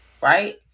right